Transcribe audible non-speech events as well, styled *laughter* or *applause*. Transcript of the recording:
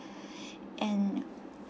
*breath* and